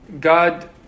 God